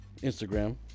instagram